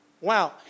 Wow